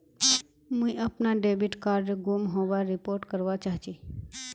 मुई अपना debit card गूम होबार रिपोर्ट करवा चहची